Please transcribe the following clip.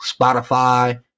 Spotify